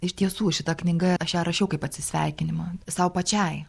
iš tiesų šita knyga aš ją rašiau kaip atsisveikinimą sau pačiai